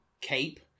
Cape